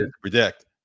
predict